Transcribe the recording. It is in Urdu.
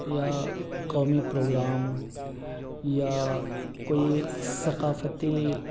یا قومی پروگرامز یا کوئی ثقافتی